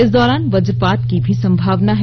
इस दौरान वज्रपात की भी संभावना है